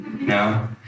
No